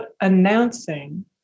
announcing